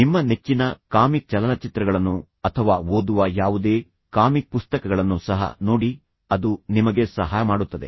ನಿಮ್ಮ ನೆಚ್ಚಿನ ಕಾಮಿಕ್ ಚಲನಚಿತ್ರಗಳನ್ನು ಅಥವಾ ಓದುವ ಯಾವುದೇ ಕಾಮಿಕ್ ಪುಸ್ತಕಗಳನ್ನು ಸಹ ನೋಡಿ ಅದು ನಿಮಗೆ ಸಹಾಯ ಮಾಡುತ್ತದೆ